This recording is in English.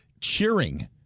cheering